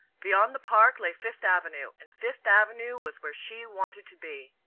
beyond the park lay fifth avenue and fifth avenue was where she wanted to be!